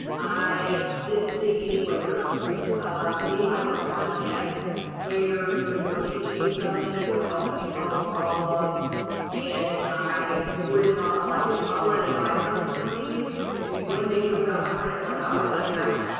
i didn't see anywhere um any type of content where you were teaching me something you were helping me solve a problem and i would not like if i wanted to buy something from you and you wanted me to whip out my credit like i wouldn't know how.